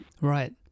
Right